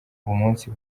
umunsi